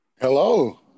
Hello